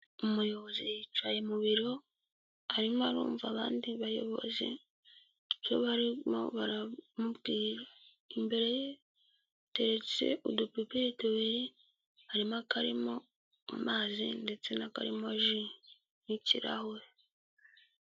Umuyobozi yicaye mu biro, arimo arumva abandi bayobozi, ibyo barimo baramubwira. Imbere ye hateretse udupipiri tubiri, harimo akarimo amazi ndetse n'akarimo ji. N'ikirahure.